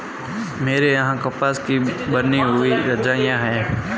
मेरे यहां कपास की बनी हुई रजाइयां है